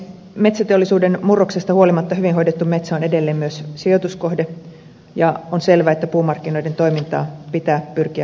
metsäteollisuuden murroksesta huolimatta hyvin hoidettu metsä on edelleen myös sijoituskohde ja on selvää että puumarkkinoiden toimintaa pitää pyrkiä edelleen kehittämään